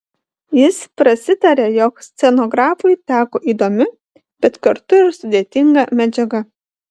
jis prasitarė jog scenografui teko įdomi bet kartu ir sudėtinga medžiaga